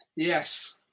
Yes